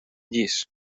llis